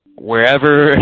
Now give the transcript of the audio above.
wherever